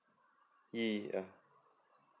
yeah